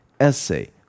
essay